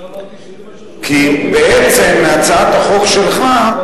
אני לא אמרתי, כי מהצעת החוק שלך,